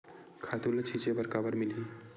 खातु ल छिंचे बर काबर मिलही?